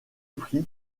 prix